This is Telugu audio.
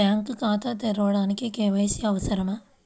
బ్యాంక్ ఖాతా తెరవడానికి కే.వై.సి అవసరమా?